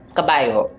kabayo